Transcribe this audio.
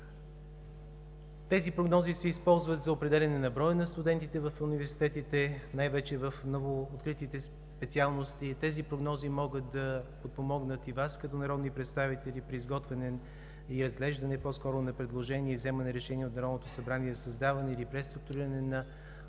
Тези прогнози се използват за определяне на броя на студентите в университетите най-вече в новооткритите специалности. Тези прогнози могат да подпомогнат и Вас, като народни представители, при изготвяне или разглеждане по-скоро на предложения и вземане на решения от Народното събрание за създаване или преструктуриране на